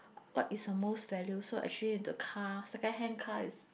what is a most value so actually the car second hand car is